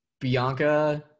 Bianca